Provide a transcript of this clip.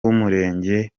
w’umurenge